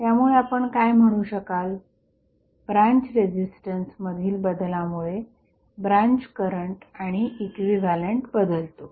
त्यामुळे आपण काय म्हणू शकाल ब्रांच रेझिस्टन्स मधील बदलामुळे ब्रांच करंट आणि इक्विव्हॅलंट बदलतो